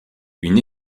une